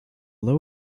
low